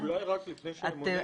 רק לפני שהם עונים,